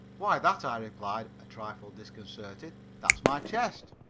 why, that, i replied, a trifle disconcerted, that's my chest.